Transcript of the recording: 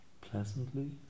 pleasantly